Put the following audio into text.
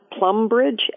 Plumbridge